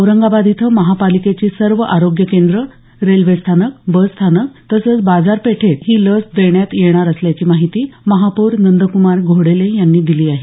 औरंगाबाद इथं महापालिकेची सर्व आरोग्य केंद्रं रेल्वेस्थानक बसस्थानक तसंच बाजारपेठेत ही लस देण्यात येणार असल्याची माहिती महापौर नंद्कुमार घोडेले यांनी दिली आहे